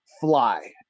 fly